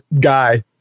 guy